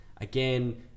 again